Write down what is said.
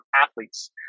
athletes